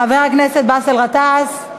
חבר הכנסת באסל גטאס,